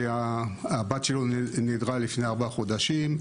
שהבת שלו נעדרה לפני 4 שנים.